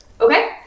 Okay